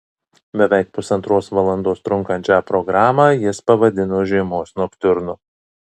beveik pusantros valandos trunkančią programą jis pavadino žiemos noktiurnu